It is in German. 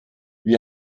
wie